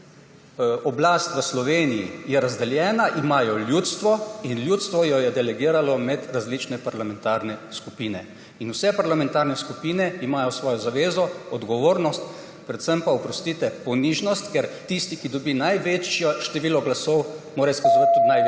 oblast v Sloveniji je razdeljena, ima jo ljudstvo in ljudstvo jo je delegiralo med različne parlamentarne skupine. Vse parlamentarne skupine imajo svojo zavezo, odgovornost, predvsem pa, oprostite, ponižnost, ker tisti, ki dobi največje število glasov, mora izkazovati tudi